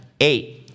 eight